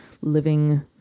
living